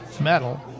metal